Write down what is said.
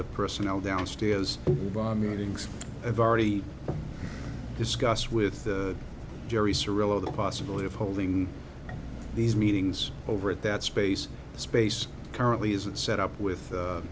the personnel downstairs bombings i've already discussed with the very surreal of the possibility of holding these meetings over at that space the space currently isn't set up with